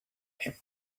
him